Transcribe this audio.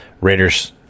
Raiders